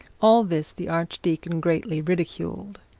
all this the archdeacon greatly ridiculed.